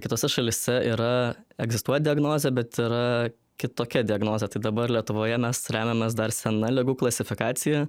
kitose šalyse yra egzistuoja diagnozė bet yra kitokia diagnozė tai dabar lietuvoje mes remiamės dar sena ligų klasifikacija